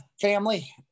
Family